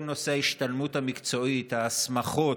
כל נושאי ההשתלמות המקצועית, ההסמכות,